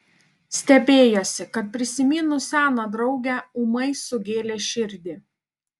stebėjosi kad prisiminus seną draugę ūmai sugėlė širdį